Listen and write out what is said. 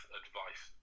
advice